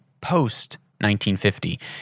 post-1950